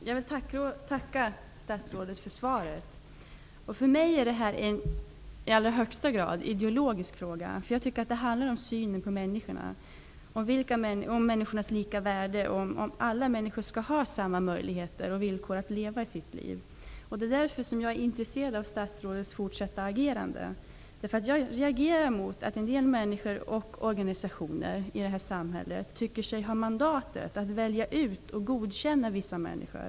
Fru talman! Jag vill tacka statsrådet för svaret. För mig är detta en i allra högsta grad ideologisk fråga. Jag tycker att det handlar om synen på människor, om människors lika värde och om att alla människor skall ha samma möjligheter och villkor att leva sitt liv. Det är därför som jag är intresserad av statsrådets fortsatta agerande. Jag reagerar mot att en del människor och organisationer i det här samhället tycker sig ha mandat att välja ut och godkänna vissa människor.